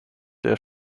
der